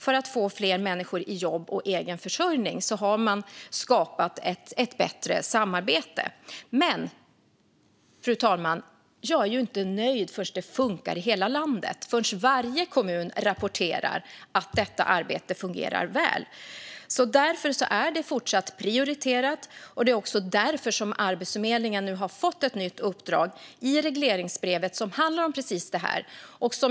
För att få fler människor i jobb och egen försörjning har man skapat ett bättre samarbete. Men, fru talman, jag är inte nöjd förrän det funkar i hela landet. Jag är inte nöjd förrän varje kommun rapporterar att detta arbete fungerar väl. Därför är det fortsatt prioriterat, och det är också därför Arbetsförmedlingen nu har fått ett nytt uppdrag i regleringsbrevet som handlar om precis det här.